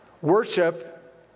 Worship